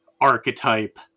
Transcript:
archetype